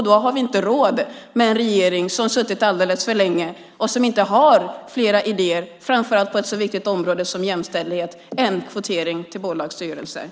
Då har vi inte råd med en regering som suttit alldeles för länge och som inte har fler idéer, framför allt på ett så viktigt område som jämställdhet, än kvotering till bolagsstyrelser.